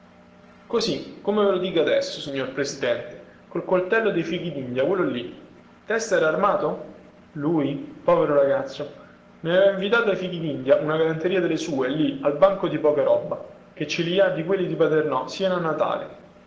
così come ve lo dico adesso signor presidente col coltello dei fichidindia quello lì testa era armato lui povero ragazzo ne aveva invitato a fichidindia una galanteria delle sue lì al banco di pocaroba che ce li ha di quelli di paternò sino a natale